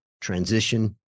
transition